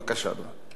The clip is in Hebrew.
בוא לא נפתח דיון נוסף.